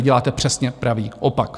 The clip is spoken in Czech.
Děláte přesně pravý opak.